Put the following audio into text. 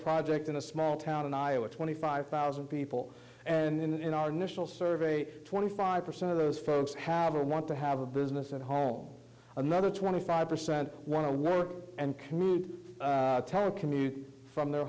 project in a small town in iowa twenty five thousand people and in our national survey twenty five percent of those folks have a want to have a business at home another twenty five percent want to work and commute commute from their